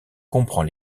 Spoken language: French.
comprend